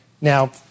now